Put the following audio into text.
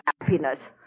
happiness